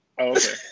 okay